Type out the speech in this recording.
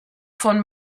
von